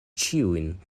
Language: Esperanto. ĉiujn